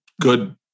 good